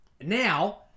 Now